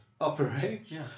operates